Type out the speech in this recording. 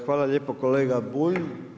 Hvala lijepo kolega Bulj.